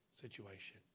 situation